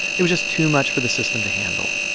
it was just too much for the system to handle.